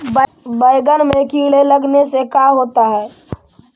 बैंगन में कीड़े लगने से का होता है?